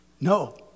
no